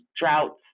droughts